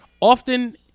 Often